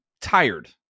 tired